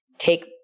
Take